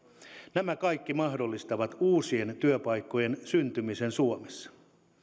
nämä kaikki mahdollistavat uusien työpaikkojen syntymisen suomessa